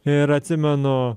ir atsimenu